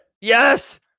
Yes